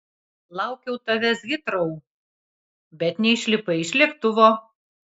laukiau tavęs hitrou bet neišlipai iš lėktuvo